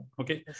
okay